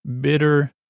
bitter